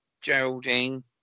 Geraldine